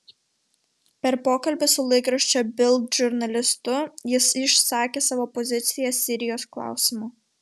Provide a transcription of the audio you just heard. per pokalbį su laikraščio bild žurnalistu jis išsakė savo poziciją sirijos klausimu